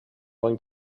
going